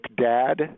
dad